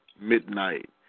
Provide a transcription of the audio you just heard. midnight